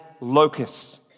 locusts